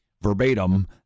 verbatim